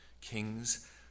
kings